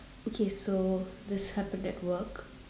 okay so this happened at work